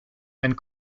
and